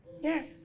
Yes